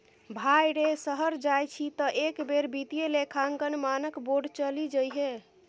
भाय रे शहर जाय छी तँ एक बेर वित्तीय लेखांकन मानक बोर्ड चलि जइहै